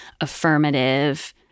affirmative